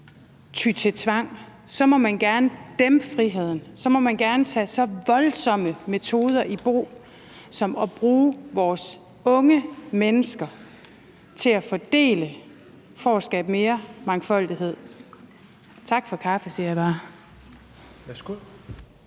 ty til tvang, så må man gerne dæmpe friheden, og så må man gerne tage så voldsomme metoder i brug som at bruge vores unge mennesker til fordeling for at skabe mere mangfoldighed. Tak for kaffe, siger jeg bare.